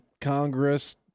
Congress